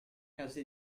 casa